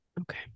okay